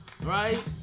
right